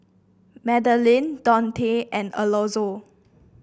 Madilynn Dontae and Alonzo